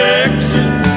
Texas